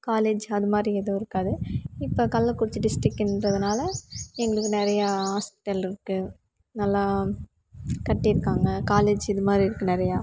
college அதுமாதிரி எதுவும் இருக்காது இப்போ கள்ளக்குறிச்சி டிஸ்ட்ரிக்ன்றதுனால எங்களுக்கு நிறையா ஹாஸ்பிட்டல் இருக்கு நல்லா கட்டி இருக்காங்க காலேஜ் இதுமாதிரி இருக்கு நிறையா